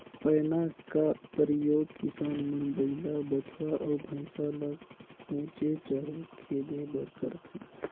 पैना का परियोग किसान मन बइला, बछवा, अउ भइसा ल कोचे चहे खेदे बर करथे